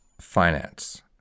finance